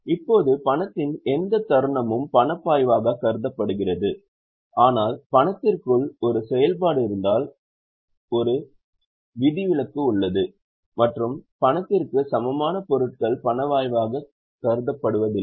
இப்போது பணத்தின் எந்த தருணமும் பணபாய்வாக கருதப்படுகிறது ஆனால் பணத்திற்குள் ஒரு செயல்பாடு இருந்தால் ஒரு விதிவிலக்கு உள்ளது மற்றும் பணத்திற்கு சமமான பொருட்கள் பணப்பாய்வாக கருதப்படுவதில்லை